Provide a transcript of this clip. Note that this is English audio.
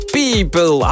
people